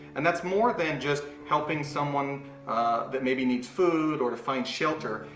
and that's more than just helping someone that maybe needs food or to find shelter.